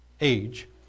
age